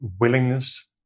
willingness